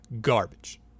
garbage